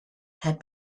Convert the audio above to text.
had